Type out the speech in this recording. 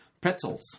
pretzels